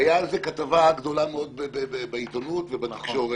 הייתה על זה כתבה גדולה מאוד בעיתונות ובתקשורת.